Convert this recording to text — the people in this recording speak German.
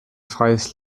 freies